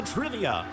Trivia